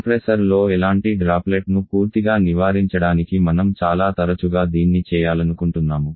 కంప్రెసర్లో ఎలాంటి డ్రాప్లెట్ ను పూర్తిగా నివారించడానికి మనం చాలా తరచుగా దీన్ని చేయాలనుకుంటున్నాము